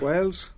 Wales